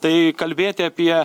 tai kalbėti apie